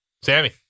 Sammy